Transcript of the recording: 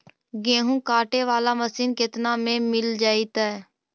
गेहूं काटे बाला मशीन केतना में मिल जइतै?